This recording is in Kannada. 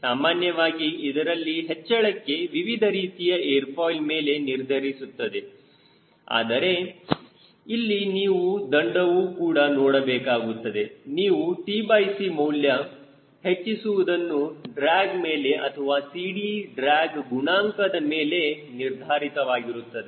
ಸಾಮಾನ್ಯವಾಗಿ ಇದರಲ್ಲಿ ಹೆಚ್ಚಳಕ್ಕೆ ವಿವಿಧ ರೀತಿಯ ಏರ್ ಫಾಯ್ಲ್ ಮೇಲೆ ನಿರ್ಧರಿಸುತ್ತದೆ ಆದರೆ ಇಲ್ಲಿ ನೀವು ದಂಡವು ಕೂಡ ನೋಡಬೇಕಾಗುತ್ತದೆ ನೀವು tc ಮೌಲ್ಯ ಹೆಚ್ಚಿಸುವುದನ್ನು ಡ್ರ್ಯಾಗ್ ಮೇಲೆ ಅಥವಾ CD ಡ್ರ್ಯಾಗ್ಗುಣಾಂಕದ ಮೇಲೆ ನಿರ್ಧರಿತವಾಗಿರುತ್ತದೆ